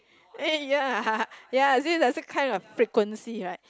eh ya ya kind of frequency right